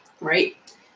Right